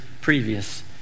previous